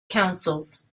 councils